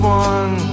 one